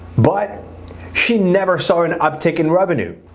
but she never saw an uptick in revenue,